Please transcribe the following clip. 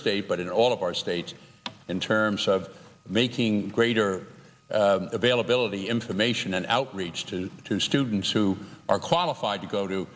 state but in all of our states in terms of making greater availability information and outreach to to students who are qualified to go to